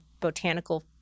botanical